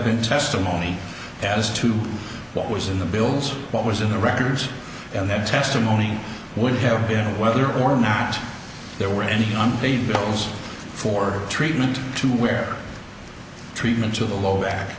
been testimony as to what was in the bills what was in the records and that testimony would have been whether or not there were any unpaid bills for treatment to where treatment to the low back